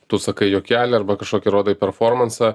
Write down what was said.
tu sakai juokelį arba kažkokį rodai performansą